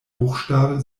buchstabe